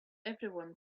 everyone